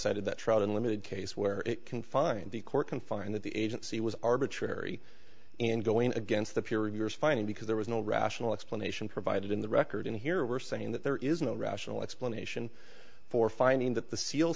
cited the trout unlimited case where it can find the court can find that the agency was arbitrary in going against the peer reviewers finding because there was no rational explanation provided in the record and here we're saying that there is no rational explanation for finding that the seal